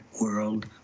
world